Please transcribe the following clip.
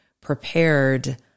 prepared